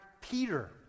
Peter